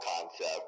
concept